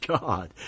God